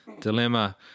dilemma